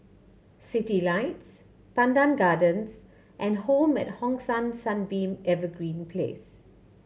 Citylights Pandan Gardens and Home at Hong San Sunbeam Evergreen Place